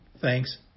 thanks